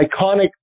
iconic